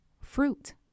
fruit